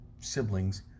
siblings